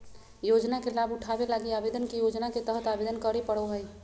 योजना के लाभ उठावे लगी आवेदक के योजना के तहत आवेदन करे पड़ो हइ